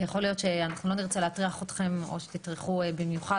יכול להיות שאנחנו לא נרצה להטריח אתכם או שתטרחו במיוחד.